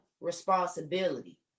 responsibility